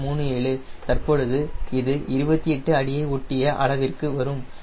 37 தற்போது இது 28 அடியை ஒட்டிய அளவிற்கு வரும் 28